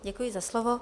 Děkuji za slovo.